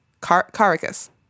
Caracas